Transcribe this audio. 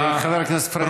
חבר הכנסת פריג',